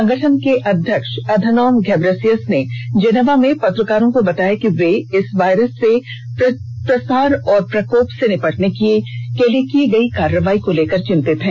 संगठन के अध्यक्ष अधानोम घेब्रेयेसस ने जेनेवा में पत्रकारों को बताया कि वे इस वायरस के प्रसार और प्रकोप से निपटने के लिए की गई कार्रवाई को लेकर चिंतित हैं